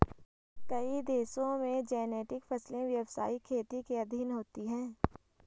कई देशों में जेनेटिक फसलें व्यवसायिक खेती के अधीन होती हैं